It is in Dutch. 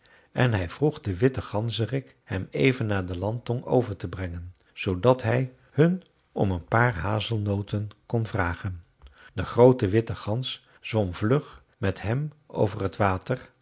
en hij vroeg den witten ganzerik hem even naar de landtong over te brengen zoodat hij hun om een paar hazelnoten kon vragen de groote witte gans zwom vlug met hem over t water